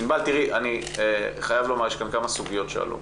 ענבל, אני חייב לומר, יש כאן כמה סוגיות שעלו.